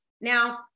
now